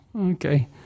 Okay